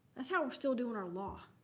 that's how we're still doing our law.